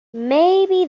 maybe